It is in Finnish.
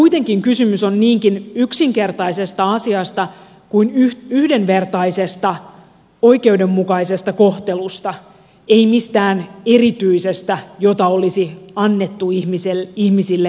kuitenkin kysymys on niinkin yksinkertaisesta asiasta kuin yhdenvertaisesta oikeudenmukaisesta kohtelusta ei mistään erityisestä jota olisi annettu ihmisille erikseen